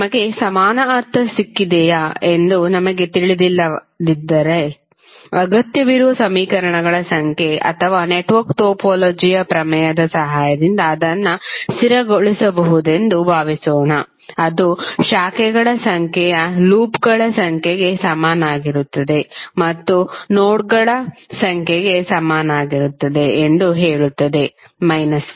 ನಮಗೆ ಸಮಾನ ಅರ್ಥ ಸಿಕ್ಕಿದೆಯೆ ಎಂದು ನಮಗೆ ತಿಳಿದಿಲ್ಲದಿದ್ದರೆ ಅಗತ್ಯವಿರುವ ಸಮೀಕರಣಗಳ ಸಂಖ್ಯೆ ಅಥವಾ ನೆಟ್ವರ್ಕ್ ಟೋಪೋಲಜಿಯ ಪ್ರಮೇಯದ ಸಹಾಯದಿಂದ ಅದನ್ನು ಸ್ಥಿರಗೊಳಿಸಬಹುದೆಂದು ಭಾವಿಸೋಣ ಅದು ಶಾಖೆಗಳ ಸಂಖ್ಯೆ ಲೂಪ್ಗಳ ಸಂಖ್ಯೆಗೆ ಸಮನಾಗಿರುತ್ತದೆ ಮತ್ತು ನೋಡ್ಗಳ ಸಂಖ್ಯೆಗೆ ಸಮನಾಗಿರುತ್ತದೆ ಎಂದು ಹೇಳುತ್ತದೆ ಮೈನಸ್ 1